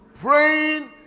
Praying